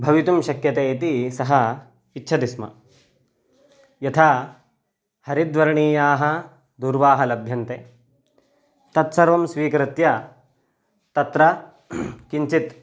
भवितुं शक्यते इति सः इच्छति स्म यथा हरिद्वरणीयाः दूर्वाः लभ्यन्ते तत्सर्वं स्वीकृत्य तत्र किञ्चित्